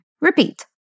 Repeat